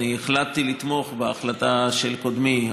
אני החלטתי לתמוך בהחלטה של קודמי,